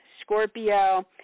Scorpio